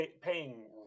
paying